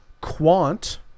Quant